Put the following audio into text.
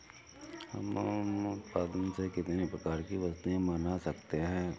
हम मोम उत्पाद से कितने प्रकार की वस्तुएं बना सकते हैं?